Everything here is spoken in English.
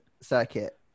circuit